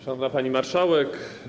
Szanowna Pani Marszałek!